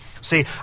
See